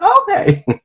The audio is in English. Okay